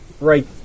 right